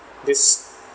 this